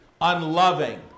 unloving